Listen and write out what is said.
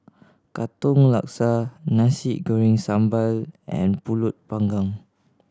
Katong Laksa Nasi Goreng Sambal and Pulut Panggang